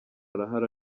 arahari